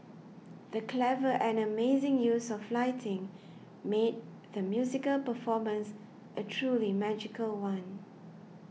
the clever and amazing use of lighting made the musical performance a truly magical one